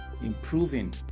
improving